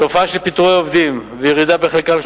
תופעה של פיטורי עובדים וירידה בחלקם של